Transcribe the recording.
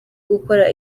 gukora